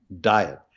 diet